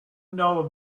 know